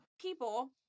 people